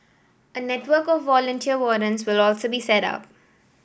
a network of volunteer wardens will also be set up